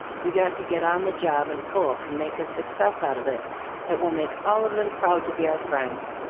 we got to get on the job and pull, and make a success out of it that will make all of them proud to be our friends.